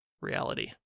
reality